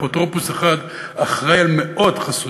שבה אפוטרופוס אחד אחראי על מאות חסויים,